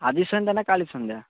ଆଜି ସନ୍ଧ୍ୟା ନା କାଲି ସନ୍ଧ୍ୟା